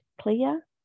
clear